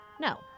no